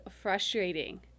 frustrating